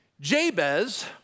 Jabez